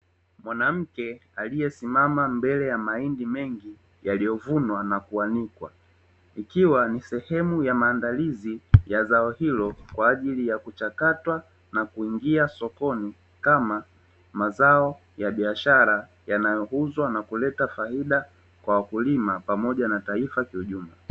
Mwanamke aliyesimama mbele ya mahindi mengi, yaliyovunwa na kuanikwa ikiwa ni sehemu ya maandalizi ya zao hilo, kwaajili ya kuchakatwa na kuingia sokoni, kama mazao ya biashara yanayouzwa na kuleta faida kwa wakulima pamoja na taifa kwa ujumla.